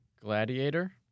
Gladiator